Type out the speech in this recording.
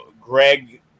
Greg